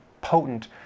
potent